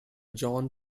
john